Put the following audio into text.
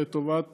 לטובת